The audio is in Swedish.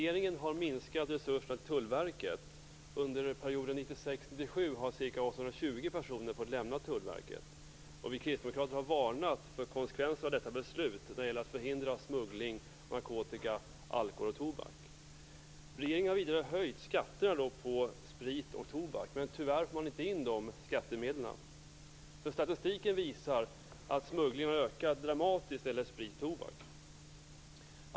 Fru talman! Regeringen har minskat resurserna till personer fått lämna Tullverket. Vi kristdemokrater har varnat för konsekvenserna av detta beslut vad gäller möjligheterna att förhindra smuggling av narkotika, alkohol och tobak. Regeringen har vidare höjt skatterna på sprit och tobak, men tyvärr får man inte in de skattemedlen. Statistiken visar nämligen att smugglingen av sprit och tobak har ökat dramatiskt.